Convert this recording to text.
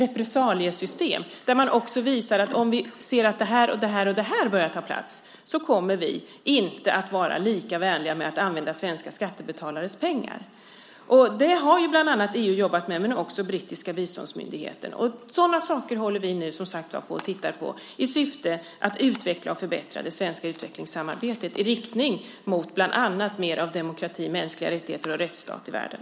Där visar man också att om vi ser att vissa saker börjar ta plats så kommer vi inte att vara lika vänliga när det gäller att använda svenska skattebetalares pengar. Det har bland andra EU men också den brittiska biståndsmyndigheten jobbat med. Sådana saker håller vi som sagt på att titta på i syfte att utveckla och förbättra det svenska utvecklingssamarbetet i riktning mot bland annat mer av demokrati, mänskliga rättigheter och rättsstater i världen.